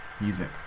music